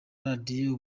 radiyo